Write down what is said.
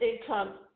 income